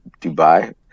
Dubai